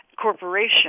corporation